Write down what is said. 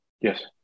Yes